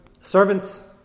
servants